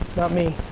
not me,